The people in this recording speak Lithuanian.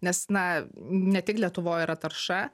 nes na ne tik lietuvoj yra tarša